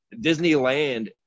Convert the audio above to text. Disneyland